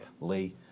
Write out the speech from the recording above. lee